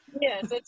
Yes